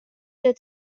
that